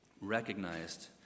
recognized